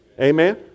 Amen